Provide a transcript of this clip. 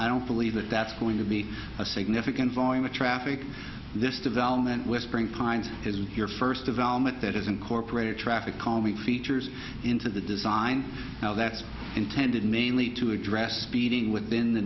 i don't believe that that's going to be a significant volume of traffic this development whispering pines isn't your first development that is incorporated traffic calming features into the design now that's intended mainly to address speeding within the